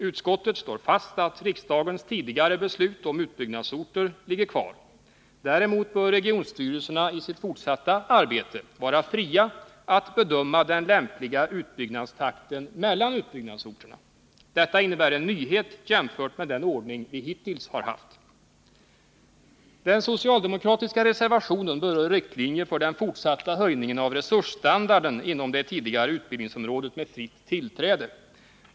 Utskottet konstaterar att riksdagens tidigare beslut om utbyggnadsorter står fast. Däremot bör regionstyrelserna i sitt fortsatta arbete vara fria att bedöma den lämpliga utbyggnadstakten mellan utbyggnadsorterna. Detta innebär en nyhet jämfört med den ordning vi hittills har haft. Den socialdemokratiska reservationen berör riktlinjer för den fortsatta höjningen av resursstandarden inom det tidigare utbildningsområdet med fritt tillträde.